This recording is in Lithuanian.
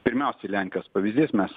pirmiausia lenkijos pavyzdys mes